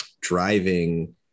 driving